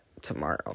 tomorrow